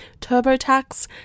TurboTax